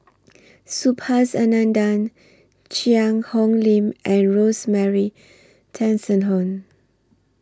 Subhas Anandan Cheang Hong Lim and Rosemary Tessensohn